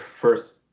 first